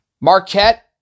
Marquette